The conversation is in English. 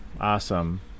Awesome